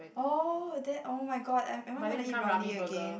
oh there oh-my-god am am I gonna eat Ramly again